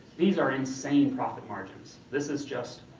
these are insane profit margins. this is just